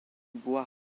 bois